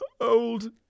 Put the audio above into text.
Old